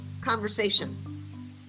conversation